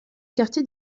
quartier